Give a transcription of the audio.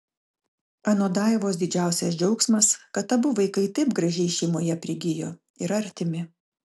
anot daivos didžiausias džiaugsmas kad abu vaikai taip gražiai šeimoje prigijo yra artimi